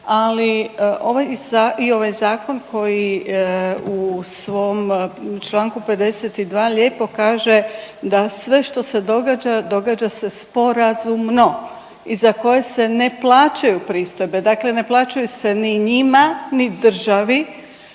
ali i ovaj zakon koji u svom čl. 52. lijepo kaže da sve što se događa događa se sporazumno i za koje se ne plaćaju pristojbe, dakle ne plaćaju se ni njima, ni državi,